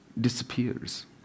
disappears